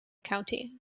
county